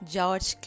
George